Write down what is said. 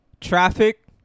Traffic